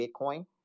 Bitcoin